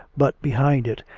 but behind it,